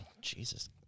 Jesus